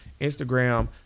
Instagram